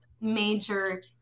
major